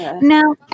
Now